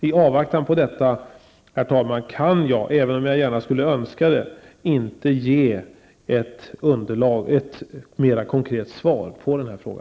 I avvaktan på detta kan jag inte, även om jag gärna skulle önska det, ge ett mer konkret svar på denna fråga.